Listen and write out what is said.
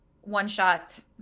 one-shot